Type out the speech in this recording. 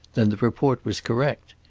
then the report was correct.